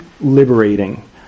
liberating